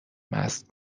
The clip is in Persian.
مست